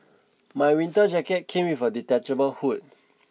my winter jacket came with a detachable hood